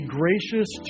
gracious